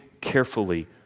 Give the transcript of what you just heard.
carefully